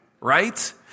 Right